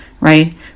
right